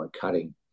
cutting